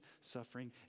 suffering